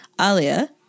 Alia